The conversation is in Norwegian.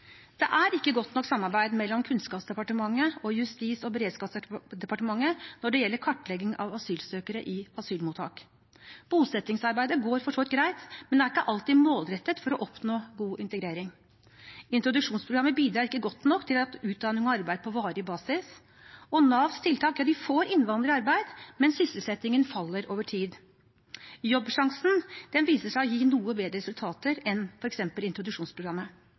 Det er ikke godt nok samarbeid mellom Kunnskapsdepartementet og Justis- og beredskapsdepartementet når det gjelder kartlegging av asylsøkere i asylmottak. Bosettingsarbeidet går for så vidt greit, men det er ikke alltid målrettet for å oppnå god integrering. Introduksjonsprogrammet bidrar ikke godt nok til utdanning og arbeid på varig basis, og Navs tiltak får innvandrere i arbeid, men sysselsettingen faller over tid. «Jobbsjansen» viser seg å gi noe bedre resultater enn f.eks. introduksjonsprogrammet.